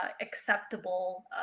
acceptable